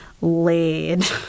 laid